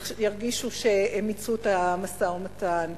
ירגישו שהם מיצו את המשא-ומתן.